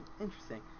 interesting